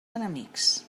enemics